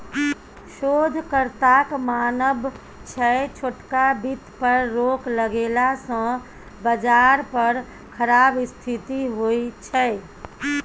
शोधकर्ताक मानब छै छोटका बित्त पर रोक लगेला सँ बजार पर खराब स्थिति होइ छै